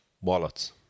wallets